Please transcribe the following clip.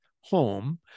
home